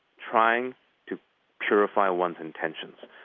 trying to purify one's intentions.